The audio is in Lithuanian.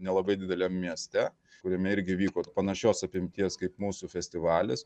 nelabai dideliam mieste kuriame irgi vyko panašios apimties kaip mūsų festivalis